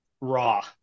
raw